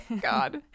God